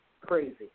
crazy